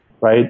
right